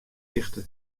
hichte